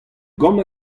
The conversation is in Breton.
gambr